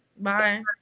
bye